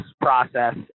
process